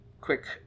quick